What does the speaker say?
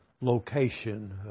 location